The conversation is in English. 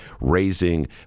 raising